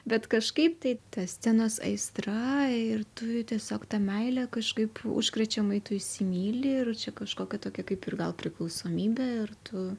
bet kažkaip tai ta scenos aistra ir tu tiesiog ta meilė kažkaip užkrečiamai tu įsimyli ir čia kažkokia tokia kaip ir gal priklausomybė ir tu